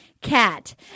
cat